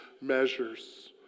measures